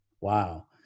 wow